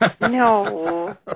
No